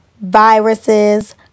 viruses